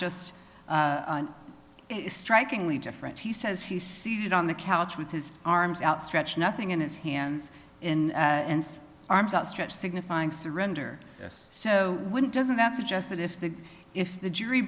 just strikingly different he says he's seated on the couch with his arms outstretched nothing in his hands and arms outstretched signifying surrender so wouldn't doesn't that suggest that if the if the jury